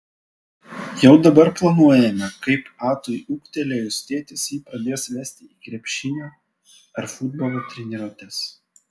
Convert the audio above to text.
jau dabar planuojame kaip atui ūgtelėjus tėtis jį pradės vesti į krepšinio ar futbolo treniruotes